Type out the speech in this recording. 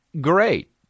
great